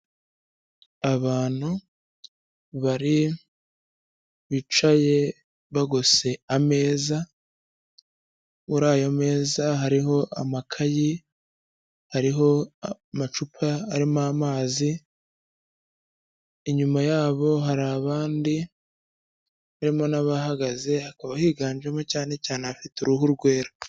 Abantu bari bicaye bagose ameza, muri ayo meza hariho amakayi, hariho amacupa arimo amazi, inyuma yabo hari abandi harimo n'abahagaze, hakaba higanjemo cyane cyane afite uruhu rwera.